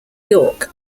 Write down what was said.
york